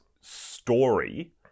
story